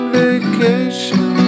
vacation